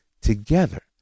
together